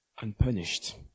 unpunished